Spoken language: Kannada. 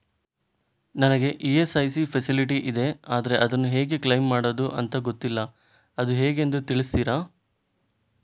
ನನಗೆ ಇ.ಎಸ್.ಐ.ಸಿ ಫೆಸಿಲಿಟಿ ಇದೆ ಆದ್ರೆ ಅದನ್ನು ಹೇಗೆ ಕ್ಲೇಮ್ ಮಾಡೋದು ಅಂತ ಗೊತ್ತಿಲ್ಲ ಅದು ಹೇಗೆಂದು ತಿಳಿಸ್ತೀರಾ?